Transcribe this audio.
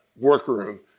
workroom